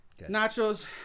Nachos